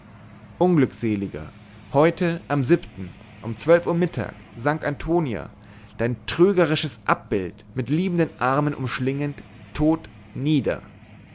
unglückseliger heute am um zwölf uhr mittag sank antonia dein trügerisches abbild mit liebenden armen umschlingend tot nieder